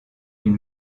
une